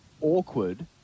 awkward